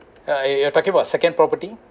ya you are talking about second property